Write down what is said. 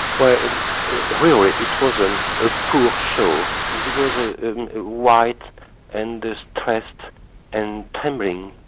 but really it was and a poor show. he was ah white and distressed and trembling.